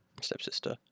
stepsister